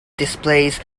displays